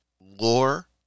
lore